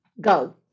Go